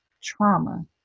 trauma